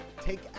take